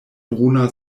bruna